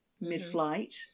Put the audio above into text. mid-flight